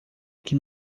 que